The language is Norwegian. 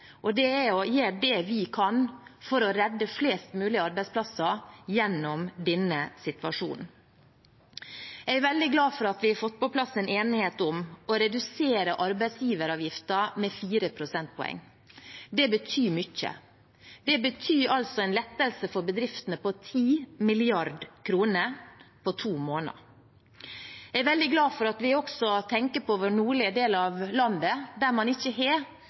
og det er å gjøre det vi kan for å redde flest mulige arbeidsplasser som er i denne situasjonen. Jeg er veldig glad for at vi har fått på plass en enighet om å redusere arbeidsgiveravgiften med 4 prosentpoeng. Det betyr mye. Det betyr en lettelse for bedriftene på 10 mrd. kr på to måneder. Jeg er veldig glad for at vi også tenker på vår nordlige del av landet, Nord-Troms og Finnmark, der man ikke har